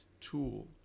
tool